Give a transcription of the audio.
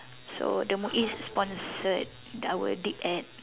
so the Muis sponsored our DipEd